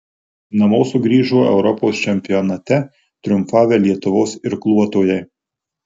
namo sugrįžo europos čempionate triumfavę lietuvos irkluotojai